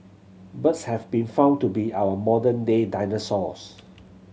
birds have been found to be our modern day dinosaurs